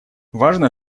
важно